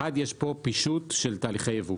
אחד יש פה פישוט של תהליכי יבוא.